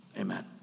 Amen